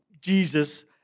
Jesus